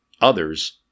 Others